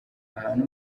ahantu